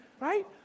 right